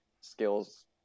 skills